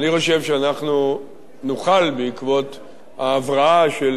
אני חושב שאנחנו נוכל בעקבות ההבראה של